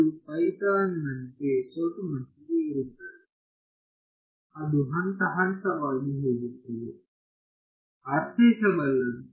ಅದು ಪೈಥಾನ್ ನಂತೆ ಸ್ವಲ್ಪಮಟ್ಟಿಗೆ ಇರುತ್ತದೆ ಅದು ಹಂತ ಹಂತವಾಗಿ ಹೋಗುತ್ತದೆ ಅರ್ಥೈಸಬಲ್ಲದು